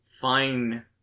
fine